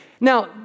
Now